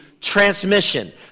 Transmission